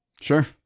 Sure